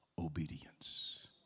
obedience